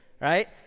right